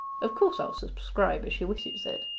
of course i'll subscribe if she wishes it.